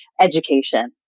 education